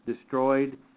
destroyed